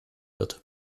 wird